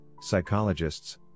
psychologists